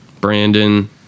Brandon